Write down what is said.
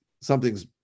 something's